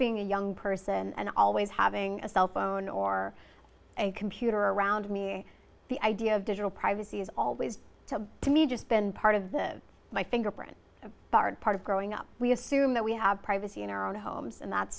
being a young person and always having a cellphone or a computer around me the idea of digital privacy is always so to me just been part of the my fingerprint of part of growing up we assume that we have privacy in our own homes and that's